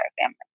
family